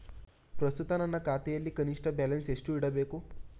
ಪ್ರಸ್ತುತ ನನ್ನ ಖಾತೆಯಲ್ಲಿ ಕನಿಷ್ಠ ಬ್ಯಾಲೆನ್ಸ್ ಎಷ್ಟು ಇಡಬೇಕು?